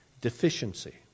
deficiency